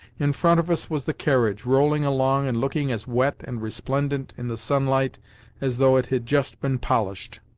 in front of us was the carriage, rolling along and looking as wet and resplendent in the sunlight as though it had just been polished.